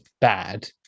bad